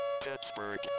Pittsburgh